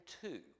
two